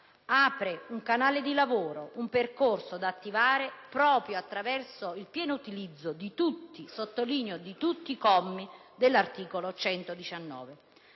Apre un canale di lavoro, un percorso da attivare proprio attraverso il pieno utilizzo di tutti - sottolineo di tutti - i commi dell'articolo 119.